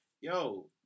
yo